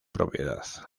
propiedad